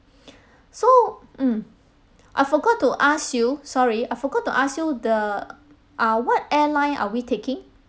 so mm I forgot to ask you sorry I forgot to ask you the uh what airline are we taking